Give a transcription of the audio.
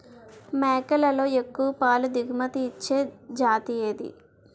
మేకలలో ఎక్కువ పాల దిగుమతి ఇచ్చే జతి ఏది?